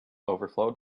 overflowed